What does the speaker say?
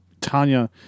Tanya